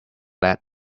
lead